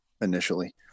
initially